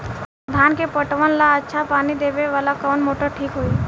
धान के पटवन ला अच्छा पानी देवे वाला कवन मोटर ठीक होई?